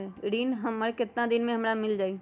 ऋण हमर केतना दिन मे हमरा मील जाई?